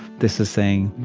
this is saying,